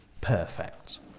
perfect